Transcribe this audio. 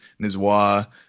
Nizwa